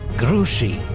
grouchy.